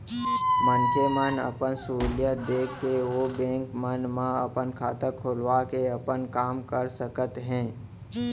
मनखे मन अपन सहूलियत देख के ओ बेंक मन म अपन खाता खोलवा के अपन काम कर सकत हें